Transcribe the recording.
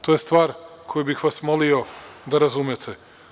To je stvar koju bih vas molio da razumete.